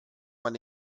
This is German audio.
man